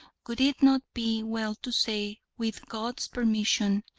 would it not be well to say with god's permission?